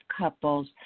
couples